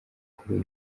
kuri